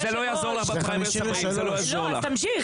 היית מכניס הסתייגות